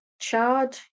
chard